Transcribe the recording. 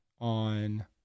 on